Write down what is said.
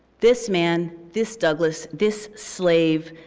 this man, this douglas, this slave,